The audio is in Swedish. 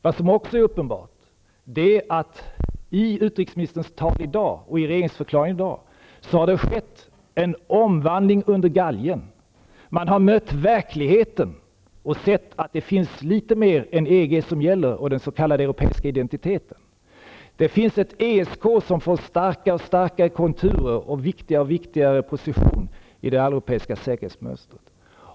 Vad som också är uppenbart är att i utrikesministerns tal i dag har det skett en omvandling under galgen. Man har mätt verkligheten och sett att det finns litet mer än EG som gäller och den s.k. europeiska identiteten. Det finns ett ESK som får starkare och starkare konturer och en viktigare och viktigare position i det alleuropeiska säkerhetsmönstret.